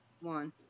One